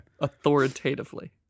Authoritatively